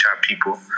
people